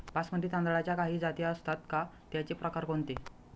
बासमती तांदळाच्या काही जाती असतात का, त्याचे प्रकार कोणते?